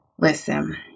Listen